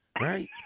right